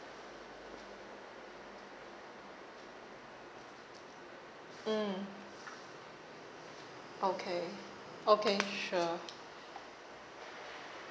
mm okay okay sure